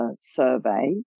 survey